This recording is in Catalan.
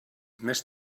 més